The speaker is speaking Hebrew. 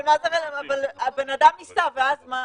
אבל הבן אדם ייסע, ואז מה?